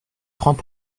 francs